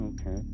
Okay